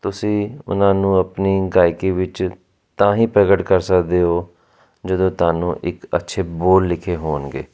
ਤੁਸੀਂ ਉਹਨਾਂ ਨੂੰ ਆਪਣੀ ਗਾਇਕੀ ਵਿੱਚ ਤਾਂ ਹੀ ਪ੍ਰਗਟ ਕਰ ਸਕਦੇ ਹੋ ਜਦੋਂ ਤੁਹਾਨੂੰ ਇੱਕ ਅੱਛੇ ਬੋਲ ਲਿਖੇ ਹੋਣਗੇ